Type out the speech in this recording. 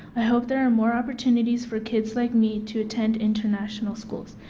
i hope there are more opportunities for kids like me to attend international schools.